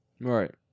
Right